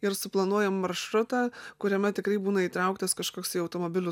ir suplanuojam maršrutą kuriame tikrai būna įtrauktas kažkoksai automobilių